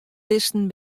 bisten